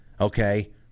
okay